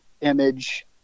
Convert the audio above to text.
image